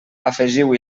afegiu